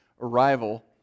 arrival